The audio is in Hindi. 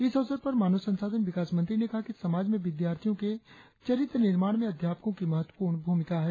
इस अवसर पर मानव संसाधन विकास मंत्री ने कहा कि समाज में विद्यार्थियों के चरित्र निर्माण में अध्यापकों की महत्वपूर्ण भ्रमिका हैं